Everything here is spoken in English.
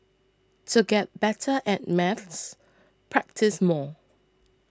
to get better at maths practise more